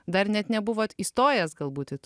dar net nebuvot įstojęs galbūt į